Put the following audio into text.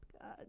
God